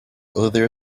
other